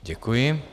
Děkuji.